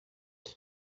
uma